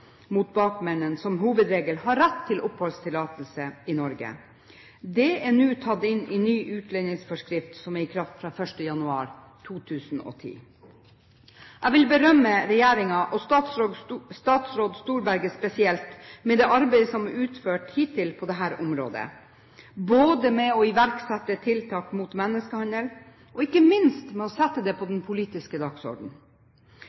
mot bakmenn, som hovedregel har rett til oppholdstillatelse i Norge. Dette er nå tatt inn i ny utlendingsforskrift, som er i kraft fra 1. januar 2010. Jeg vil berømme regjeringen og statsråd Storberget spesielt for det arbeidet som er utført hittil på dette området, både med å iverksette tiltak mot menneskehandel og ikke minst med å sette det på